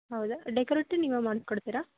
ಹೌದಾ ಡೆಕೋರೇಟ್ ನೀವೇ ಮಾಡಿಕೊಡ್ತೀರಾ